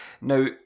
Now